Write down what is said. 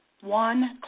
one